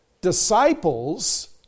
disciples